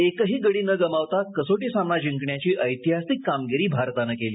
एकही गडी न गमावता कसोटी सामना जिंकण्याची ऐतिहासिक कामगिरी भारतानं केली